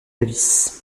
davis